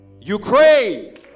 Ukraine